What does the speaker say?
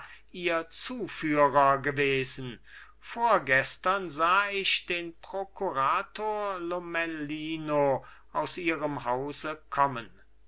ihr zuführer gewesen vorgestern sah ich den prokurator lomellino aus ihrem hause kommen